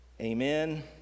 amen